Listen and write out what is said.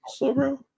Slowbro